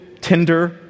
Tinder